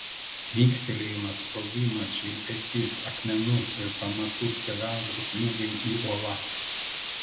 tvykstelėjimas sprogimas švilpesys akmenų ir pamatų skeveldrų smūgiai į uolas